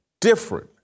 different